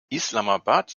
islamabad